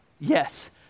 yes